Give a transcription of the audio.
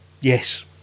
yes